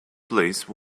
place